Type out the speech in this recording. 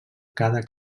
cada